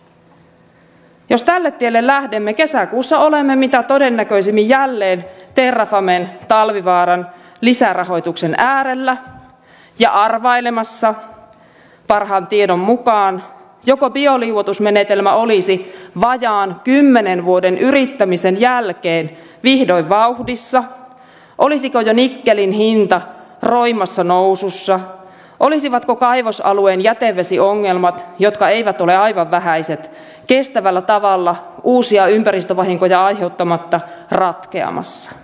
jos tälle tielle lähdemme kesäkuussa olemme mitä todennäköisimmin jälleen terrafamen talvivaaran lisärahoituksen äärellä ja arvailemassa parhaan tiedon mukaan joko bioliuotusmenetelmä olisi vajaan kymmenen vuoden yrittämisen jälkeen vihdoin vauhdissa olisiko jo nikkelin hinta roimassa nousussa olisivatko kaivosalueen jätevesiongelmat jotka eivät ole aivan vähäiset kestävällä tavalla uusia ympäristövahinkoja aiheuttamatta ratkeamassa